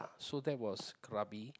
so that was Krabi